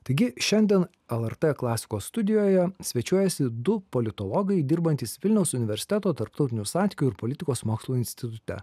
taigi šiandien lrt klasikos studijoje svečiuojasi du politologai dirbantys vilniaus universiteto tarptautinių santykių ir politikos mokslų institute